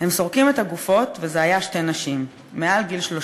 "הם סורקים את הגופות וזה היה שתי נשים מעל" גיל,